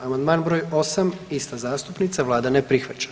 Amandman br. 8., ista zastupnica, vlada ne prihvaća.